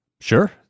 Sure